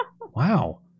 Wow